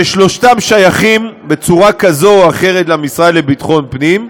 ששלושתם שייכים בצורה כזו או אחרת למשרד לביטחון פנים,